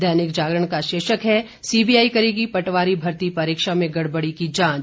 दैनिक जागरण का शीर्षक है सीबीआई करेगी पटवारी भर्ती परीक्षा में गड़बड़ी की जांच